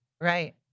Right